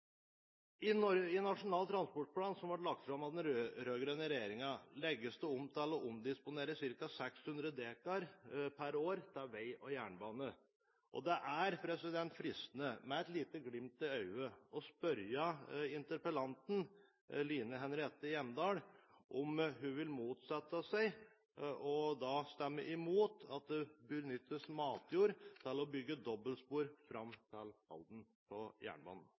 I Nasjonal transportplan, som ble lagt fram av den rød-grønne regjeringen, legges det opp til å omdisponere ca. 600 dekar per år til vei og jernbane. Det er fristende, med et lite glimt i øyet, å spørre interpellanten, Line Henriette Hjemdal, om hun vil motsette seg, og da stemme imot, at det benyttes matjord til å bygge dobbeltspor på jernbanen fram til